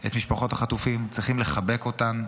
את משפחות החטופים, צריכים לחבק אותן,